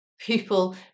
people